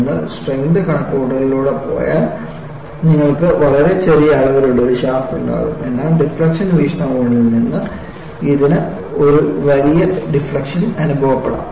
നിങ്ങൾ സ്ട്രെങ്ത് കണക്കുകൂട്ടലിലൂടെ പോയാൽ നിങ്ങൾക്ക് വളരെ ചെറിയ അളവിലുള്ള ഒരു ഷാഫ്റ്റ് ഉണ്ടാകും എന്നാൽ ഡിഫ്ളക്ഷൻ വീക്ഷണകോണിൽ നിന്ന് ഇതിന് ഒരു വലിയ ഡിഫ്ളക്ഷൻ അനുഭവപ്പെടാം